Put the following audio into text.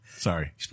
Sorry